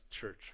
church